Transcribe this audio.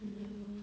you